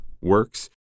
works